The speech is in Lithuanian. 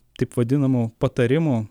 taip vadinamų patarimų